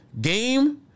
game